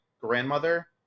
grandmother